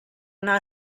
anar